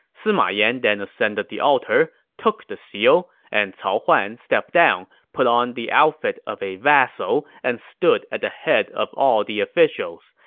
sima yan then ascended the altar, took the seal, and cao huan then stepped down, put on the outfit of a vassal, and stood at the head of all the officials.